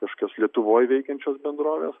kažkokios lietuvoje veikiančios bendrovės